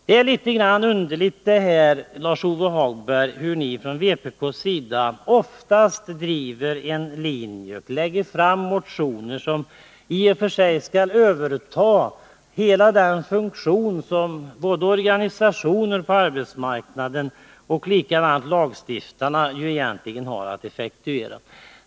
Det är litet underligt, Lars-Ove Hagberg, att vpk oftast driver en linje och lägger fram motioner som i och för sig skall överta hela den funktion som både organisationerna på arbetsmarknaden och lagstiftarna egentligen har att effektuera.